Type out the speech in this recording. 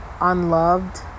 unloved